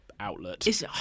outlet